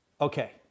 Okay